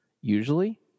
usually